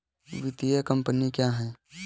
वित्तीय कम्पनी क्या है?